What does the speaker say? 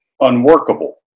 unworkable